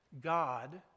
God